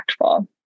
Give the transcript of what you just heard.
impactful